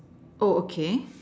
oh okay